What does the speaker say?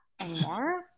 anymore